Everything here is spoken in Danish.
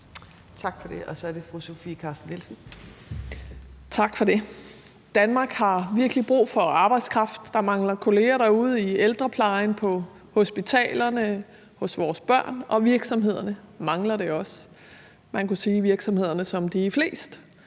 Carsten Nielsen. Kl. 15:47 Sofie Carsten Nielsen (RV): Tak for det. Danmark har virkelig brug for arbejdskraft. Der mangler kolleger derude i ældreplejen, på hospitalerne, hos vores børn, og virksomhederne mangler dem også. Man kunne sige: Virksomhederne, som de er flest,